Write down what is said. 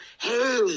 hey